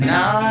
Now